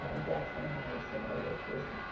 ah jackson heights, and all those places.